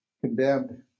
condemned